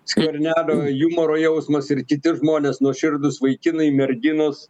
skvernelio jumoro jausmas ir kiti žmonės nuoširdūs vaikinai merginos